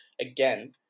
again